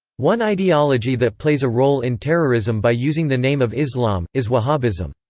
one ideology that plays a role in terrorism by using the name of islam, is wahabism.